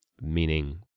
meaning